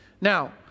Now